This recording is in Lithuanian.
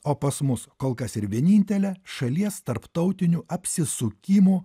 o pas mus kol kas ir vienintelė šalies tarptautinių apsisukimo